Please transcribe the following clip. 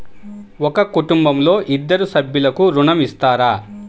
ఒక కుటుంబంలో ఇద్దరు సభ్యులకు ఋణం ఇస్తారా?